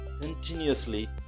continuously